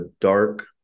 dark